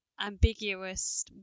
ambiguous